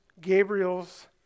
Gabriel's